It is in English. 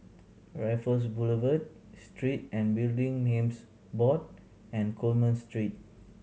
Raffles Boulevard Street and Building Names Board and Coleman Street